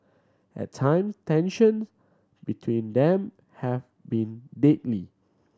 at time tension between them have been deadly